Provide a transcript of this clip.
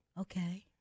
Okay